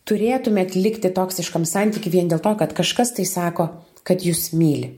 turėtumėt likti toksiškam santyky vien dėl to kad kažkas tai sako kad jus myli